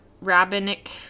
rabbinic